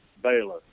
baylor